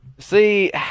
See